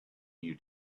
you